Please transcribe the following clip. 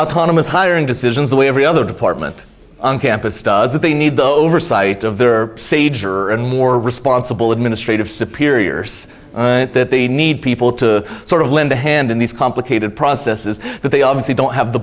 autonomous hiring decisions the way every other department on campus does that they need the oversight of their seizure and more responsible administrative superiors that they need people to sort of lend a hand in these complicated process is that they obviously don't have the